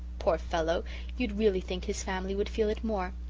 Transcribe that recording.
poor fellow you'd really think his family would feel it more.